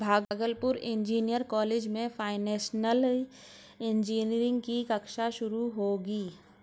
Bhagalpur engineering college में financial engineering की कक्षा शुरू होगी